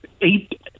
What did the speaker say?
eight